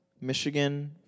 Michigan